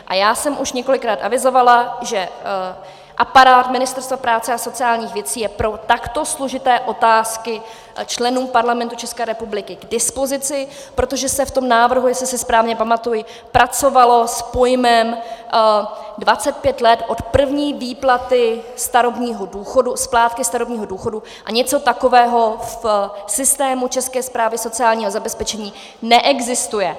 A já jsem už několikrát avizovala, že aparát Ministerstva práce a sociálních věcí je pro takto složité otázky členů Parlamentu České republiky k dispozici, protože se v tom návrhu, jestli si správně pamatuji, pracovalo s pojmem 25 let od první výplaty starobního důchodu, splátky starobního důchodu, a něco takového v systému České správy sociálního zabezpečení neexistuje.